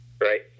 Right